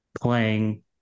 playing